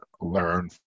learn